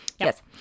Yes